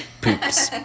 poops